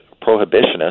prohibitionist